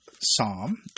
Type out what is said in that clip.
Psalm